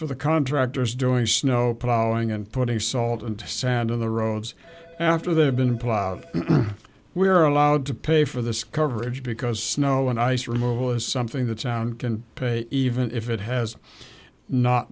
for the contractors doing snow plowing and putting salt and sand on the roads after they have been plowed we are allowed to pay for this coverage because snow and ice removal is something that sound can pay even if it has not